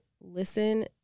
listen